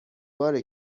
باره